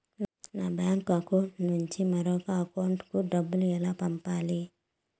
నా bank account నుండి మరొకరి అకౌంట్ కు డబ్బులు ఎలా పంపాలి